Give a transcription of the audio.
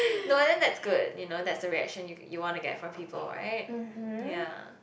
no and then that's good you know that's the reaction you you wanna from people right ya